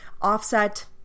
offset